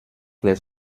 les